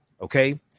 Okay